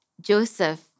Joseph